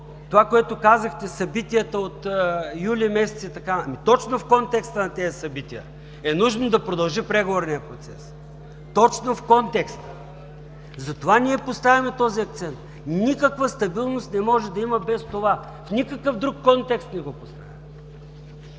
това което казахте, събитията от юли месец и така … Точно в контекста на тези събития е нужно да продължи преговорния процес. Точно в контекста! Затова, ние поставяме този акцент – никаква стабилност не може да има без това. В никакъв друг контекст не го поставяме.